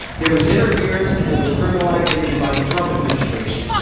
there was interference and there was criminal activity by the trump administration.